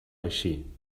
així